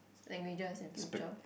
languages in future